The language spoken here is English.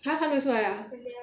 !huh! 还没有出来 ah